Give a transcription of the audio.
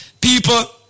people